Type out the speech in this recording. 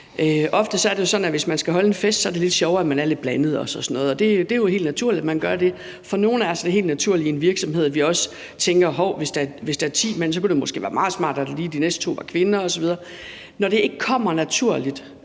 Ofte er det jo sådan, at hvis man skal holde en fest, er det lidt sjovere, at man er lidt blandet og sådan noget, og det er jo helt naturligt, at man gør det. For nogle er det helt naturligt i en virksomhed, at man også tænker: Hov, hvis der er ti mænd, kunne det måske være meget smart, at de to næste var kvinder osv. Når det ikke kommer naturligt